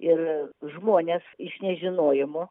ir žmonės iš nežinojimo